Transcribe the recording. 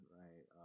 right